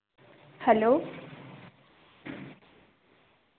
hello